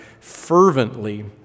fervently